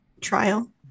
trial